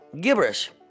gibberish